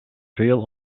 veel